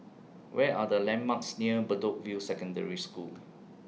Where Are The landmarks near Bedok View Secondary School